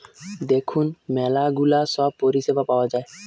দেখুন ম্যালা গুলা সব পরিষেবা পাওয়া যায়